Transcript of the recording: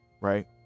right